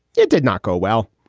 it did not go well.